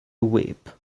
whip